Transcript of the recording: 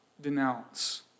denounce